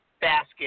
basket